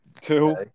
Two